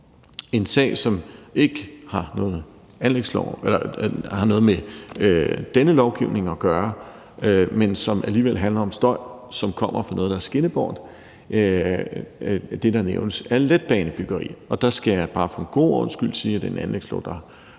en sag, som ikke har noget med denne lovgivning at gøre, men som alligevel handler om støj, som kommer fra noget, der er skinnebårent. Det, der nævnes, er letbanebyggeri. Der skal jeg bare for en god ordens skyld sige, at det er en anlægslov, der er blevet